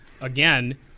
again